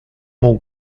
mon